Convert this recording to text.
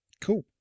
Cool